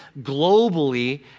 globally